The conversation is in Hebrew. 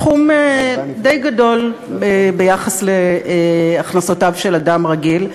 סכום די גדול ביחס להכנסותיו של אדם רגיל,